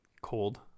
cold